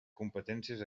competències